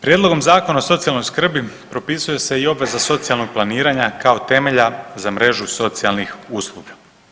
Prijedlogom Zakona o socijalnoj skrbi propisuje se i obveza socijalnog planiranja kao temelja za mrežu socijalnih usluga.